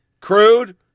Crude